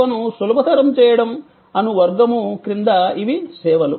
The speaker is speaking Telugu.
సేవను సులభతరం చేయడం అను వర్గము క్రింద ఇవి సేవలు